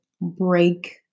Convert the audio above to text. break